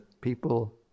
people